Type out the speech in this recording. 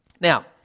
Now